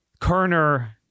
Kerner